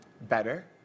Better